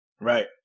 Right